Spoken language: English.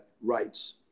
rights